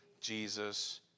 Jesus